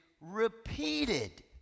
repeated